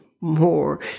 more